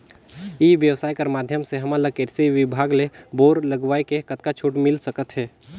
ई व्यवसाय कर माध्यम से हमन ला कृषि विभाग ले बोर लगवाए ले कतका छूट मिल सकत हे?